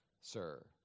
sir